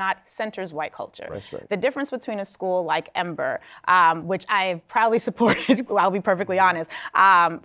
not centers white culture the difference between a school like amber which i probably support i'll be perfectly honest